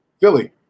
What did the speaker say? Philly